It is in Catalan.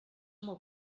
molt